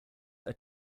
are